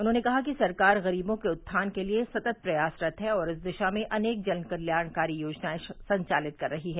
उन्होंने कहा कि सरकार ग़रीबो के उत्थान के लिए सतत् प्रयासरत है और इस दिशा में अनेक जन कल्याणकारी योजनाएं संचालित कर रही है